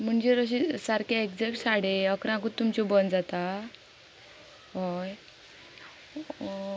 म्हणजे अशे सारके एग्जेक्ट साडे अकरांकूत तुमच्यो बंद जाता हय